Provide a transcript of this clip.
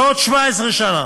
בעוד 17 שנה